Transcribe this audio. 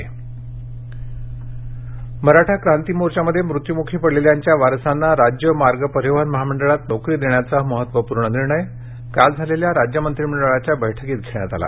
मंत्रिमंडळ मराठा क्रांती मोर्चामध्ये मृत्यूमुखी पडलेल्यांच्या वारसांना राज्य मार्ग परीवहन महामंडळात नोकरी देण्याचा महत्त्वपूर्ण निर्णय काल झालेल्या राज्य मंत्रिमंडळाच्या बैठकीत घेण्यात आला